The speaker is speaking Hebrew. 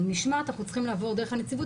על משמעת אנחנו צריכים לעבור דרך הנציבות